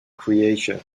creation